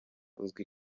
uzi